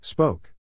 Spoke